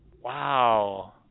Wow